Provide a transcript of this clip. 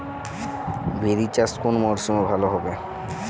বিরি চাষ কোন মরশুমে ভালো হবে?